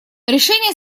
решение